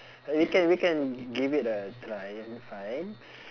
uh we can we can give it a try and find